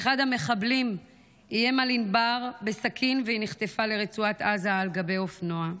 אחד המחבלים איים על ענבר בסכין והיא נחטפה לרצועת עזה על גבי אופנוע.